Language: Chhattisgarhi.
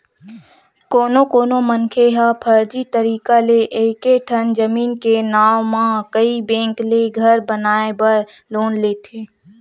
कोनो कोनो मनखे ह फरजी तरीका ले एके ठन जमीन के नांव म कइ बेंक ले घर बनाए बर लोन लेथे